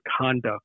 conduct